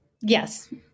Yes